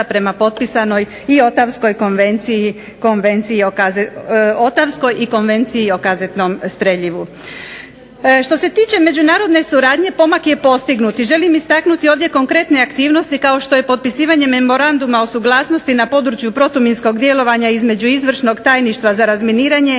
prema potpisanoj i Ottawskoj i Konvenciji o kazetnom streljivu. Što se tiče međunarodne suradnje pomak je postignut i želim istaknuti ovdje konkretne aktivnosti kao što je potpisivanje Memoranduma o suglasnosti na području protuminskog djelovanja između državnog tajništva za razminiranje